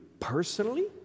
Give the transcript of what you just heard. Personally